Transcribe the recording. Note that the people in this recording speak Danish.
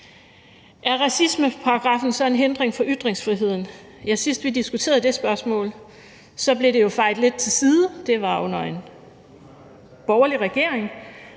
Er racismeparagraffen så en hindring for ytringsfriheden? Sidst vi diskuterede det spørgsmål, blev det jo fejet lidt til side – det var under en borgerlig regering